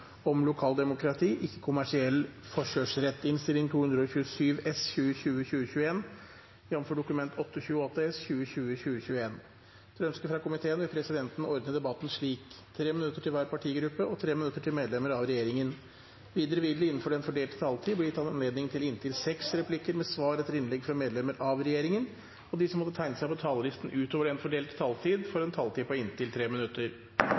vil presidenten ordne debatten slik: 3 minutter til hver partigruppe og 3 minutter til medlemmer av regjeringen. Videre vil det – innenfor den fordelte taletid – bli gitt anledning til replikkordskifte på inntil seks replikker med svar etter innlegg fra medlemmer av regjeringen, og de som måtte tegne seg på talerlisten utover den fordelte taletid, får også en taletid på inntil 3 minutter.